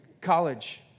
college